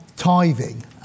Tithing